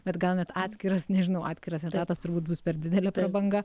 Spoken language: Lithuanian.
bet gal net atskiras nežinau atskiras etatas turbūt bus per didelė prabanga